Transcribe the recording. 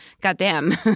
Goddamn